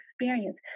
experience